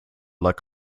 luck